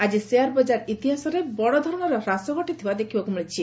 ଆକି ସେୟାର ବଜାର ଇତିହାସରେ ଆକି ବଡ ଧରଣର ହ୍ରାସ ଘଟିଥିବା ଦେଖବାକୁ ମିଳିଛି